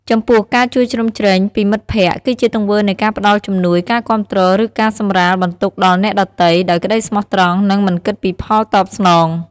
ចំពោះ ការជួយជ្រោមជ្រែងពីមិត្តភក្ដិ គឺជាទង្វើនៃការផ្តល់ជំនួយ ការគាំទ្រ ឬការសម្រាលបន្ទុកដល់អ្នកដទៃ ដោយក្តីស្មោះត្រង់ និងមិនគិតពីផលតបស្នង។